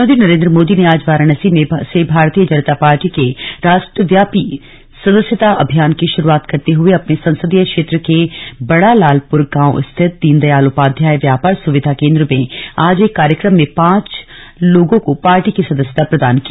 प्रधानमंत्री नरेन्द्र मोदी ने आज वाराणसी से भारतीय जनता पार्टी के राष्ट्रव्यापी सदस्यता अभियान की शुरूआत करते हुए अपने संसदीय क्षेत्र के बड़ा लालपुर गांव स्थित दीनदयाल उपाध्याय व्यापार सुविधा केन्द्र में आज एक कार्यक्रम में पांच लोगों को पार्टी की सदस्यता प्रदान की